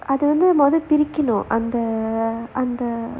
அப்ப நம்ம வந்த அத பிரிக்கணும் அத:appe namma vanthu atha pirikkanum atha